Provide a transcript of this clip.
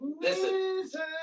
listen